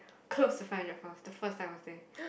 close to five hundred pounds the first time I was there